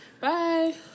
Bye